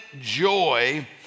joy